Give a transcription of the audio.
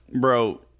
bro